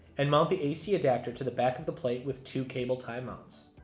and mount the ac adapter to the back of the plate, with two cable tie mounts.